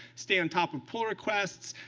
stay on top of pull requests,